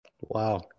wow